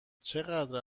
چقدر